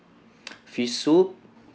fish soup